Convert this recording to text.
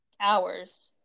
Hours